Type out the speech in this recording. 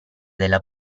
della